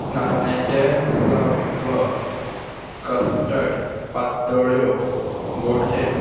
नाचण्याचें सत्व कस्टर्ड पातोळ्यो गोडशें